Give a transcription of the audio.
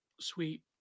Sweet